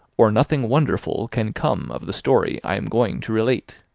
or nothing wonderful can come of the story i am going to relate.